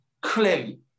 clearly